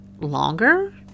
longer